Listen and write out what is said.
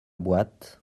boîte